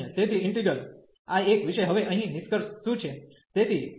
તેથી integral I1 વિશે હવે અહીં નિષ્કર્ષ શું છે